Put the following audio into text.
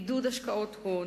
עידוד השקעות הון,